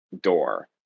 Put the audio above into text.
door